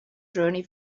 journey